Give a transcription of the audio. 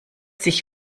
sich